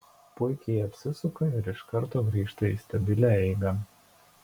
puikiai apsisuka ir iš karto grįžta į stabilią eigą